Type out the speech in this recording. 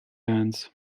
lands